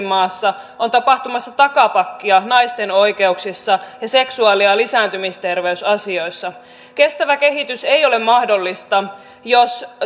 maassa on tapahtumassa takapakkia naisten oikeuksissa ja seksuaali ja ja lisääntymisterveysasioissa kestävä kehitys ei ole mahdollista jos